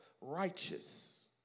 righteous